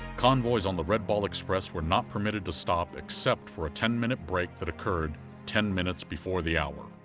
convoys on the red ball express were not permitted to stop except for a ten-minute break that occurred ten minutes before the hour.